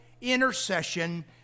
intercession